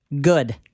Good